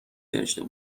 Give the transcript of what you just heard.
داشته